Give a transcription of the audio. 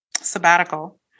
sabbatical